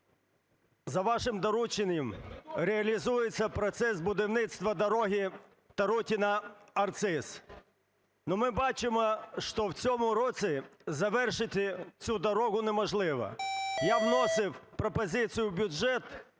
За вашим дорученням реалізується процес будівництва дороги Тарутине–Арциз. Ну ми бачимо, що в цьому році завершити цю дорогу неможливо, я вносив пропозицію в бюджет,